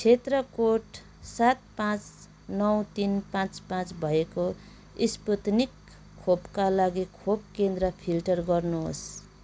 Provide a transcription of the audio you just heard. क्षेत्र कोड सात पाँच नौ तिन पाँच पाँच भएको स्पुत्निक खोपका लागि खोप केन्द्र फिल्टर गर्नुहोस्